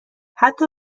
حتی